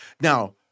Now